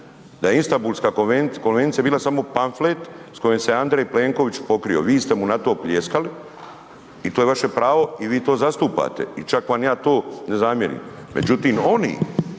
da je Istambulska konvencija bila samo pamflet s kojom se Andrej Plenković pokrio. Vi ste mu na to pljeskali i to je vaše pravo i vi to zastupate i čak vam ja to ne zamjeram. Međutim, oni